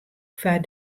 foar